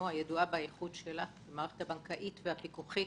שידועה באיכות שלה במערכת הבנקאית והפיקוחית.